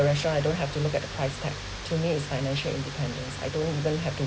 a restaurant I don't have to look at the price tag to me is financial independence I don't even have to